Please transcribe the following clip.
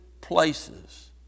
places